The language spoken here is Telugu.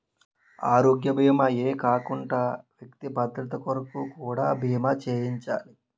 ఆరోగ్య భీమా ఏ కాకుండా వ్యక్తి భద్రత కొరకు కూడా బీమా చేయించాలి